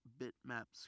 bitmap